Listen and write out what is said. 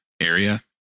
area